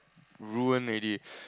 ruin already